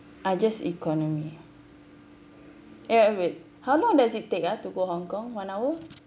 ah just economy eh wait how long does it take ah to go hong kong one hour